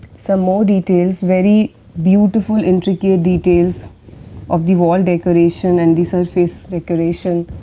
some more details very beautiful, intricate details of the wall decoration and the surface decoration,